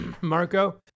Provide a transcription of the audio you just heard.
Marco